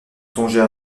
songer